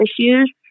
issues